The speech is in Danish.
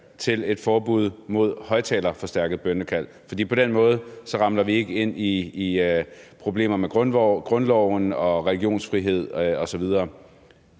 til et forbud mod højtalerforstærket bønnekald, for på den måde ramler vi ikke ind i problemer med grundloven, religionsfrihed osv.